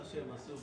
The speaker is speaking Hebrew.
מה שהם עשו,